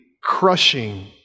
crushing